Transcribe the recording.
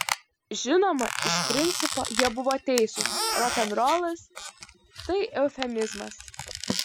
žinoma iš principo jie buvo teisūs rokenrolas tai eufemizmas